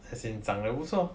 as in 长得不错